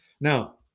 Now